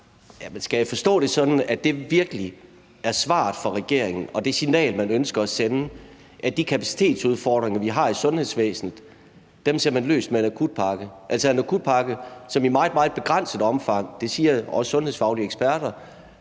Skal jeg forstå det sådan, at det virkelig er svaret fra regeringen og det signal, man ønsker at sende, altså at de kapacitetsudfordringer, vi har i sundhedsvæsenet, ser man løst med en akutpakke, en akutpakke, som i meget, meget begrænset omfang – det siger sundhedsfaglige eksperter